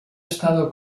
estado